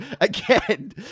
again